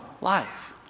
life